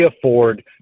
afford